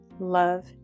Love